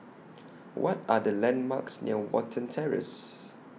What Are The landmarks near Watten Terrace